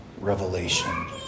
revelation